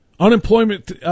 Unemployment